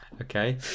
okay